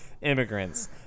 immigrants